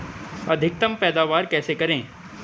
अधिकतम पैदावार प्राप्त कैसे करें?